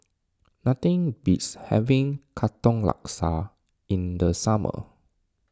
nothing beats having Katong Laksa in the summer